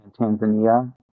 Tanzania